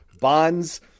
Bonds